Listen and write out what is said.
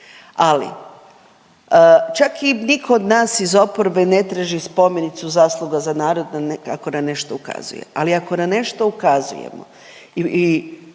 ali čak i nitko od nas iz oporbe ne traži spomenicu zasluga za narod ako na nešto ukazuje, ali ako na nešto ukazujemo i